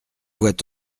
voit